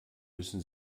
müssen